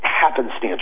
happenstance